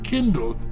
Kindle